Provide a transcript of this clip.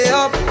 up